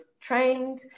trained